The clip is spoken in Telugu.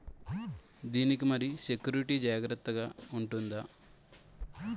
దీని కి మరి సెక్యూరిటీ జాగ్రత్తగా ఉంటుందా?